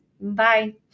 Bye